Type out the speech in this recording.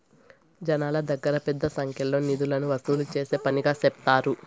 జనాల దగ్గర పెద్ద సంఖ్యలో నిధులు వసూలు చేసే పనిగా సెప్తారు